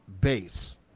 base